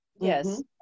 Yes